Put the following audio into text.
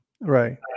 Right